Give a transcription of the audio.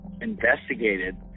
investigated